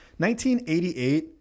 1988